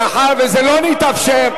מאחר שזה לא נתאפשר,